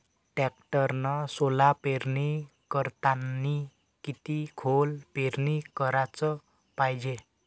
टॅक्टरनं सोला पेरनी करतांनी किती खोल पेरनी कराच पायजे?